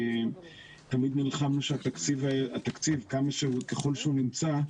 תמיד נלחמנו שהתקציב ככל שהוא נמצא,